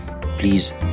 Please